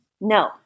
No